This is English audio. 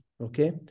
Okay